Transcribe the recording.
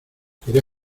quiere